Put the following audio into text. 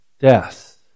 death